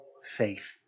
faith